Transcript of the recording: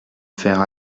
faire